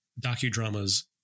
docudramas